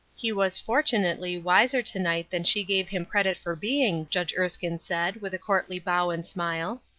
he was fortunately wiser to-night than she gave him credit for being, judge erskine said, with a courtly bow and smile.